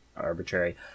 arbitrary